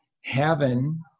heaven